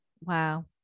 wow